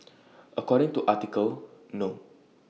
according to article no